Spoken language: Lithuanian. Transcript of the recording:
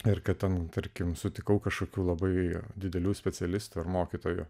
ir kad ten tarkim sutikau kažkokių labai didelių specialistų ar mokytojų